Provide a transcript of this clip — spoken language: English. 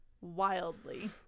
wildly